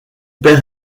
père